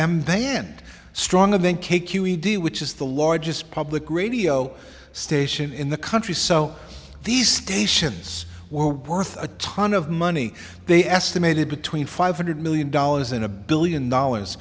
m band stronger than k q e d which is the largest public radio station in the country so these stations were worth a ton of money they estimated between five hundred million dollars and a billion dollars